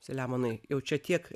saliamonai jau čia tiek